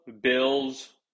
Bills